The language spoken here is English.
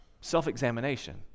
Self-examination